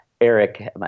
eric